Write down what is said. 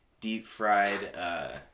deep-fried